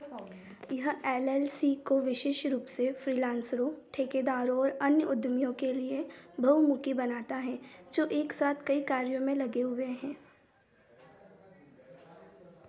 यह L L C को विशेष रूप से फ्रीलांसरों ठेकेदारों और अन्य उद्यमियों के लिए बहुमुखी बनाता है जो एक साथ कई कार्यों में लगे हुए हैं